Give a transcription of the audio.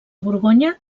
borgonya